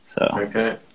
Okay